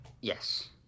Yes